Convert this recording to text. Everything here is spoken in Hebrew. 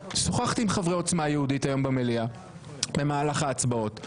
שוחחתי עם חברי עוצמה יהודית היום במליאה במהלך ההצבעות.